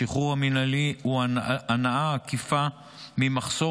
השחרור המינהלי הוא הנאה עקיפה ממחסור